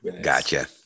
gotcha